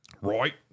Right